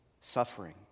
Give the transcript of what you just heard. suffering